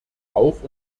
auch